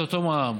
זה אותו מע"מ.